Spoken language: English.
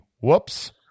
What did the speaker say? whoops